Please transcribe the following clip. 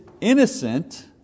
innocent